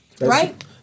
right